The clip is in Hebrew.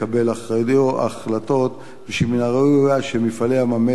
החלטות שמן הראוי אולי ש"מפעלי ים-המלח",